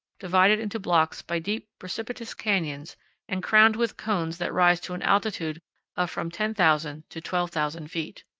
divided into blocks by deep, precipitous canyons and crowned with cones that rise to an altitude of from ten thousand to twelve thousand feet.